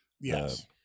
yes